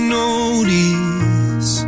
notice